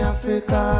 Africa